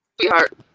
sweetheart